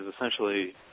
essentially